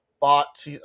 bought